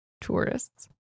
tourists